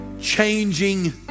changing